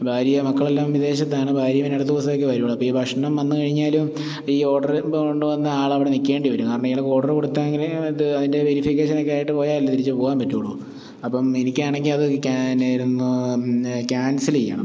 ഭാര്യയും മക്കളുമെല്ലാം വിദേശത്താണ് ഭാര്യ പിന്നെ അടുത്ത ദിവസമൊക്കെ വരികയുള്ളൂ അപ്പം ഈ ഭക്ഷണം വന്നു കഴിഞ്ഞാലും ഈ ഓർഡറ് കൊണ്ടു വന്ന ആൾ അവിടെ നിൽക്കേണ്ടി വരും കാരണം ഇയാൾ ഓർഡറ് കൊടുത്തെങ്കിൽ അത് അതിൻ്റെ വെരിഫിക്കേഷനൊക്കെ ആയിട്ട് പോയാൽ തിരിച്ച് പോകാൻ പറ്റുകയുള്ളു അപ്പം എനിക്ക് ആണെങ്കിൽ അത് ക്യാൻസൽ ചെയ്യണം